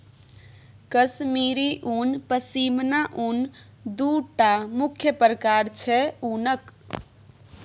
कश्मीरी उन, पश्मिना उन दु टा मुख्य प्रकार छै उनक